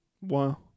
Wow